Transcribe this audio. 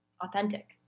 authentic